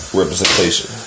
representation